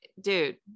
dude